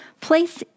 place